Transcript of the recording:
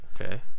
Okay